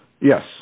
yes